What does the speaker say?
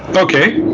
ah okay.